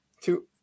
two